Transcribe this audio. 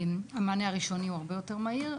המענה הראשוני הוא הרבה יותר מהיר,